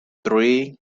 three